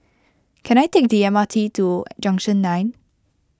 can I take the M R T to Junction nine